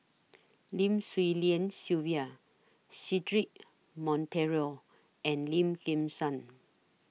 Lim Swee Lian Sylvia Cedric Monteiro and Lim Kim San